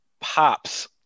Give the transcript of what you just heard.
pops